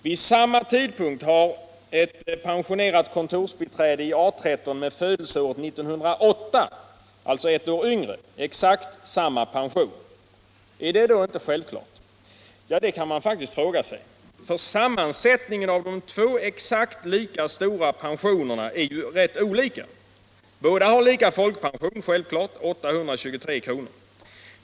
Vid samma tidpunkt har ett pensionerat kontorsbiträde i A 13 med födelseåret 1908, alltså ett år yngre, exakt samma pension. Är det då inte självklart? Ja, det kan man faktiskt fråga sig. Sammansättningen av de två exakt lika stora pensionerna är nämligen rätt olika. Båda har självklart lika stor folkpension, 823 kr.